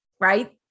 right